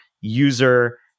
user